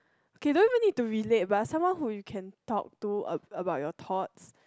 okay don't need to relate but someone who you can talk to anou~ about your thoughts